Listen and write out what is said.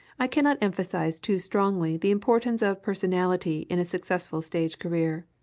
i cannot emphasize too strongly the importance of personality in a successful stage career.